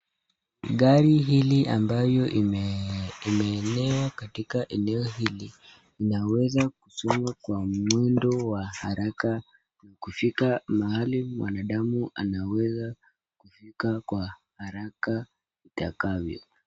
Gari hili ambayo imeegeshwa katika eneo hili, inawezankusonga kwa mwendo wa haraka, kufika mahali mwanadamu anaweza kufika kwa haraka, itakavyo.